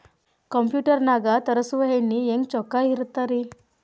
Computer ನಾಗ ತರುಸುವ ಎಣ್ಣಿ ಹೆಂಗ್ ಚೊಕ್ಕ ಇರತ್ತ ರಿ?